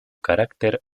carácter